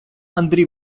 андрій